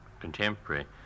contemporary